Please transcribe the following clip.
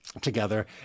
together